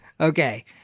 Okay